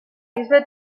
bisbe